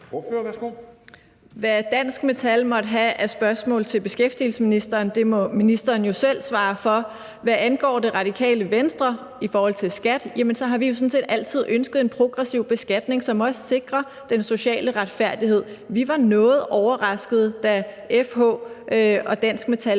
Hvad Dansk Metal måtte have af spørgsmål til beskæftigelsesministeren, må ministeren jo selv svare for. Hvad angår Radikale Venstre i forhold til skat, har vi jo sådan set altid ønsket en progressiv beskatning, som også sikrer den sociale retfærdighed. Vi var noget overraskede, da FH og Dansk Metal